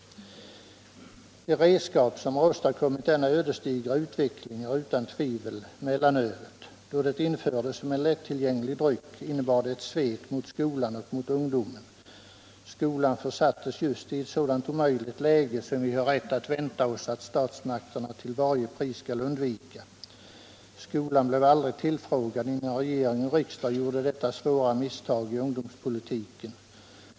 —-—-- Det redskap som har åstadkommit denna ödesdigra utveckling är utan tvivel mellanölet. Då det infördes som en lätt tillgänglig dryck innebar det ett svek mot skolan och mot ungdomen. Skolan försattes just i ett sådant omöjligt läge som vi har rätt att vänta oss att statsmakterna till varje pris skall undvika. Skolan blev aldrig tillfrågad innan regering och riksdag gjorde detta svåra misstag i ungdomspolitiken.